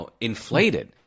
inflated